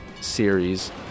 series